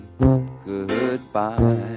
goodbye